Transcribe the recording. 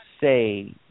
say